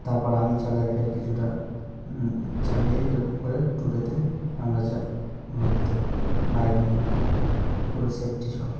তারপর আমি চালাই ফের কিছুটা চালিয়ে এরকম করে ট্যুরেটে আমরা যাই ঘুরতে বাইক নিয়ে পুরো সেফটি সহ